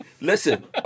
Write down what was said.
listen